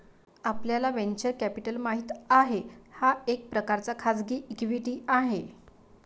आपल्याला venture capital माहित आहे, हा एक प्रकारचा खाजगी इक्विटी आहे